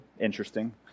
interesting